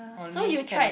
only can